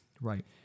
Right